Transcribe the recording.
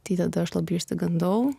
tai tada aš labai išsigandau